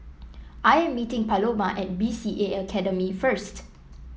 I am meeting Paloma at B C A Academy first